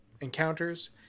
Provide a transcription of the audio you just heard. encounters